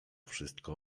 wszystko